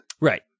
Right